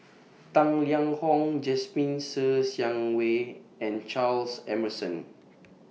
Tang Liang Hong Jasmine Ser Xiang Wei and Charles Emmerson